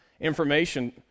information